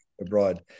abroad